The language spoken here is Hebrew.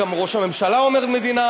גם ראש הממשלה אומר מדינה,